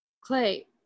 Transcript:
Clay